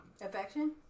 Affection